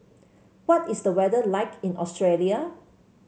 what is the weather like in Australia